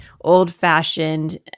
old-fashioned